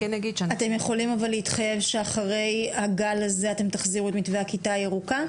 אתם יכולים להתחייב שאחרי הגל הזה אתם תחזירו את מתווה הכיתה הירוקה?